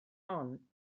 hon